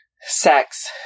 sex